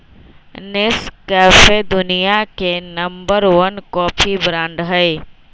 Nescafe दुनिया के number one coffee brand हई